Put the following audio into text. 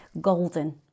golden